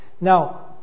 now